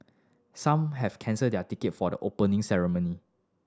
some have cancelled their ticket for the Opening Ceremony